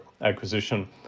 acquisition